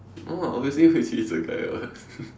no lah obviously Hui-Ju is a guy [what]